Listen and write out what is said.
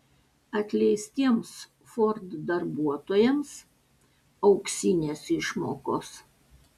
atleistiems ford darbuotojams auksinės išmokos